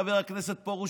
חבר הכנסת פרוש,